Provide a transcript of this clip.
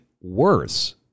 worse